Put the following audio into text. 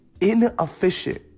inefficient